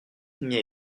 combien